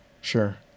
sure